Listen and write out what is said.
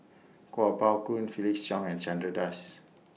Kuo Pao Kun Felix Cheong and Chandra Das